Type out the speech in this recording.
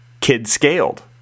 kid-scaled